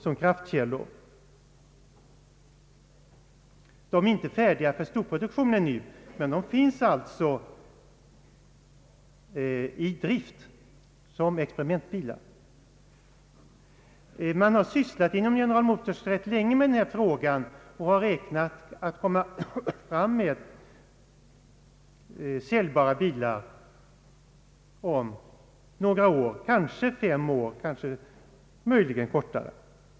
De är inte färdiga för storproduktion ännu, men de finns alltså som experimentbilar. Inom General Motors har man sysslat rätt länge med denna fråga och har räknat med att få fram säljbara bilar om några år — kanske fem år eller möjligen ännu tidigare.